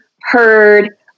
heard